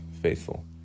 faithful